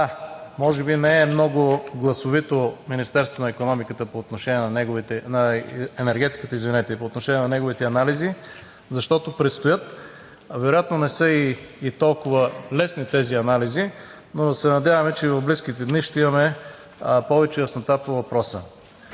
може би не е много гласовито Министерството на енергетиката по отношение на неговите анализи, защото предстоят. Вероятно не са и толкова лесни тези анализи, но да се надяваме, че в близките дни ще имаме повече яснота по въпроса.